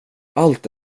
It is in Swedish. allt